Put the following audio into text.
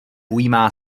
ujímá